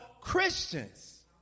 Christians